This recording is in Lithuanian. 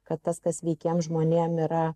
kad tas kas sveikiem žmonėm yra